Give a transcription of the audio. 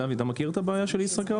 דוד, אתה מכיר את הבעיה של ישראכרט?